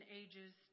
ages